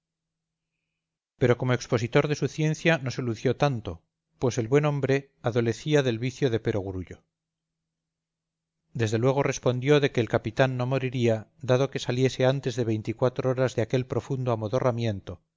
pero como expositor de su ciencia no se lució tanto pues el buen hombre adolecía del vicio de pero grullo desde luego respondió de que el capitán no moriría dado que saliese antes de veinticuatro horas de aquel profundo